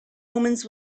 omens